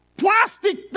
Plastic